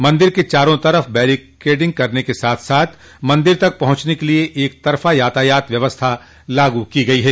मंदिर के चारों तरफ़ बैरिकेडिंग करने के साथ साथ मंदिर तक पहुंचने के लिये एक तरफ़ा यातायात व्यवस्था लागू की गई है